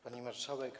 Pani Marszałek!